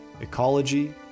ecology